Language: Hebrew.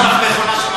אם יש לך מכונה שמדפיסה,